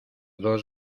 dos